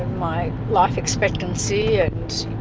my life expectancy yeah